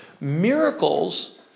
Miracles